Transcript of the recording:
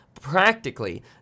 practically